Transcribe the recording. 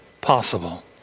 possible